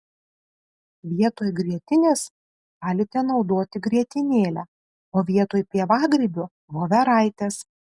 vietoj grietinės galite naudoti grietinėlę o vietoj pievagrybių voveraites